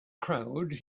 crowd